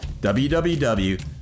www